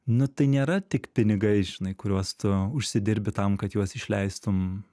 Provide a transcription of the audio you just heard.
nu tai nėra tik pinigai žinai kuriuos tu užsidirbi tam kad juos išleistum